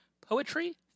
poetry